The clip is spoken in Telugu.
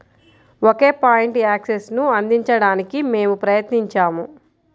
ఒకే పాయింట్ యాక్సెస్ను అందించడానికి మేము ప్రయత్నించాము